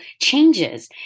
changes